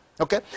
Okay